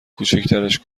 کوچیکترش